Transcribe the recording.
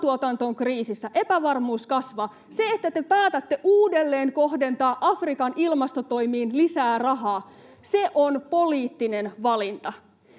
ruoantuotanto on kriisissä, epävarmuus kasvaa. Se, että te päätätte uudelleenkohdentaa Afrikan ilmastotoimiin lisää rahaa, on poliittinen valinta.